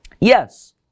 Yes